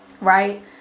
Right